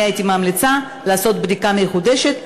הייתי ממליצה לעשות בדיקה מחודשת,